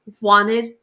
wanted